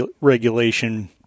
regulation